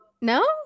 no